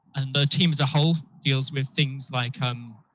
and the team as a whole deals with things like um